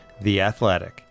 theathletic